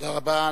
תודה רבה.